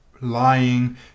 lying